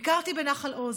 ביקרתי בנחל עוז.